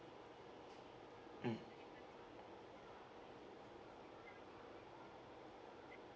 mm